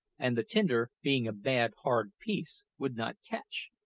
and the tinder, being a bad, hard piece, would not catch.